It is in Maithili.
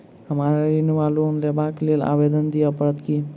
हमरा ऋण वा लोन लेबाक लेल आवेदन दिय पड़त की?